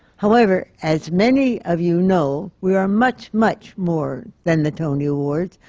however, as many of you know, we are much, much more than the tony awards,